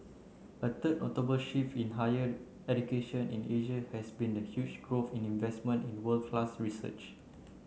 a notable shift in higher education in Asia has been the huge growth in investment in world class research